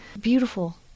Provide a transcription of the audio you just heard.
Beautiful